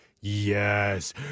yes